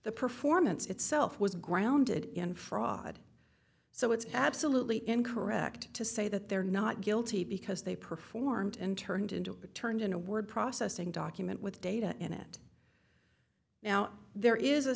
the performance itself was grounded in fraud so it's absolutely incorrect to say that they're not guilty because they performed and turned into turned in a word processing document with data and it now there is a